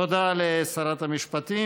תודה לשרת המשפטים.